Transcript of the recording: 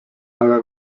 aga